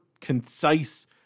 concise